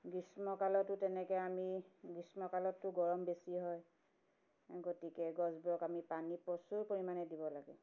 গ্ৰীষ্মকালতো তেনেকৈ আমি গ্ৰীষ্মকালতটো গৰম বেছি হয় গতিকে গছবোৰক আমি পানী প্ৰচুৰ পৰিমাণে দিব লাগে